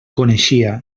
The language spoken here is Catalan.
coneixia